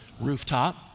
rooftop